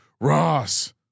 Ross